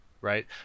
Right